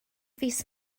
fis